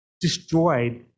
destroyed